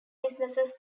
businesses